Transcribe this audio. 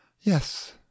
Yes